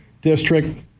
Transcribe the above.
district